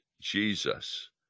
Jesus